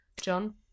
John